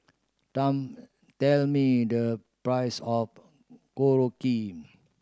tell me the price of Korokke